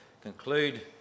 conclude